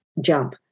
jump